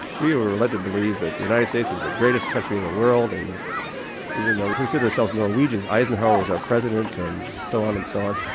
we were led to believe that the united states was the greatest country in the world and even though we considered ourselves norwegians, eisenhower was our president, and so on and so on.